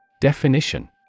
Definition